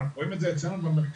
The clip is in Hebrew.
אנחנו רואים את זה אצלנו במרכזים.